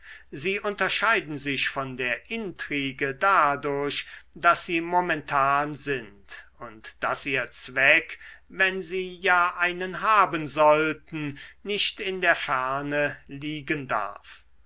sie unterscheiden sich von der intrige dadurch daß sie momentan sind und daß ihr zweck wenn sie ja einen haben sollten nicht in der ferne liegen darf